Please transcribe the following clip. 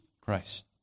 Christ